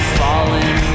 fallen